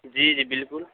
جی جی بالکل